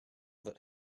that